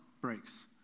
breaks